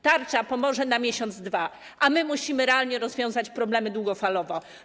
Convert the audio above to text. Tarcza pomoże na miesiąc, dwa, a my musimy realnie rozwiązywać problemy długofalowo.